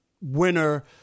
winner